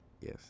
yes